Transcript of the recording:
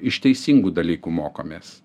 iš teisingų dalykų mokomės